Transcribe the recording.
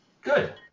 Good